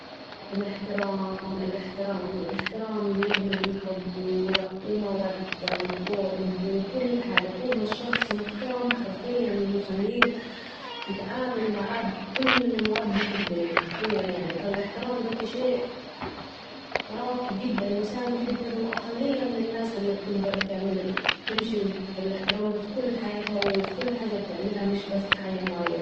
الاحترام الاحترام ، الاحترام بيعمل حب و مودة و قرب و كل حاجه ، طول ما الشخص محترم حرفياً بيخليك تتعامل معاه حرفياً بكل مودة الدنيا ، حرفياً يعني والاحترام ديتي شئ راقي جداً و سامي جداً ، واقليه من الناس الي بتقدر تمشي بالاحترام ديتي في كل حياتها و في كل حاجه بتعملها مش بس حاجه معينه